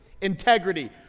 integrity